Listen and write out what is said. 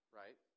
right